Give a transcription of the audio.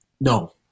No